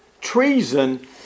treason